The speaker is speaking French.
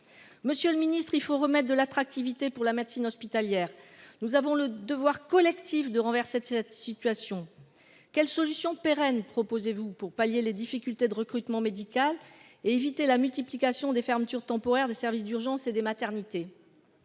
Monsieur le ministre, il faut remettre de l'attractivité pour la médecine hospitalière. Nous avons le devoir collectif de renverser cette situation. Quelles solutions pérennes proposez-vous pour pallier les difficultés de recrutement médical et éviter la multiplication des fermetures temporaires de services d'urgence et des maternités.